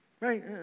Right